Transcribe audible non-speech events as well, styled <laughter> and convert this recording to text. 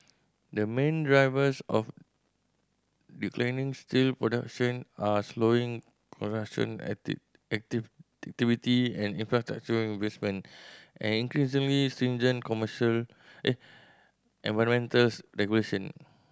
the main drivers of declining steel production are slowing construction <unintelligible> activity and infrastructure investment and increasingly stringent commercial <unintelligible> environments regulation